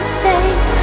safe